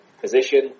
position